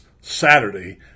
Saturday